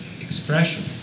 expression